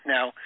Now